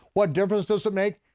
what difference does it make?